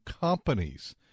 companies